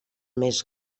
més